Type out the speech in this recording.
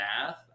math